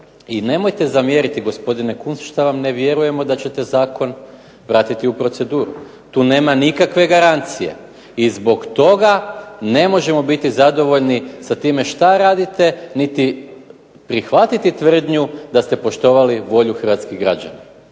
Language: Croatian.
I nemojte zamjeriti gospodine Kunst šta vam ne vjerujemo da ćete zakon vratiti u proceduru. Tu nema nikakve garancije. I zbog toga ne možemo biti zadovoljni sa time šta radite niti prihvatiti tvrdnju da ste poštovali volju hrvatskih građana,